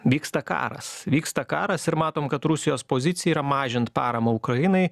vyksta karas vyksta karas ir matom kad rusijos pozicija yra mažint paramą ukrainai